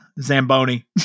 Zamboni